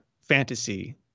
fantasy